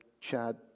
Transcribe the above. Chad